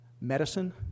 medicine